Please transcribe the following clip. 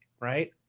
right